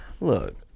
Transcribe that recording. Look